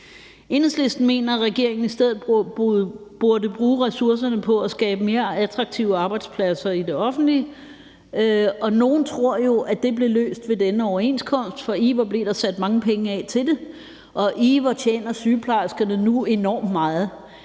Enhedslisten mener, at regeringen i stedet burde bruge ressourcerne på at skabe mere attraktive arbejdspladser i det offentlige, og nogle tror jo, at det blev løst ved denne overenskomst, for ih, hvor blev der sat mange penge af til det, og ih, hvor tjener sygeplejerskerne nu enormt meget.